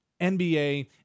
NBA